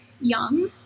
young